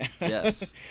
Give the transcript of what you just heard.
Yes